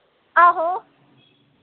आहो